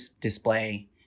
display